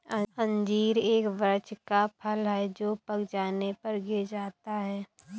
अंजीर एक वृक्ष का फल है जो पक जाने पर गिर जाता है